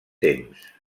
temps